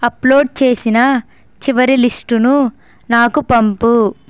upload చేసిన చివరి లిస్టును నాకు పంపు